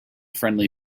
friendly